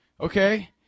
okay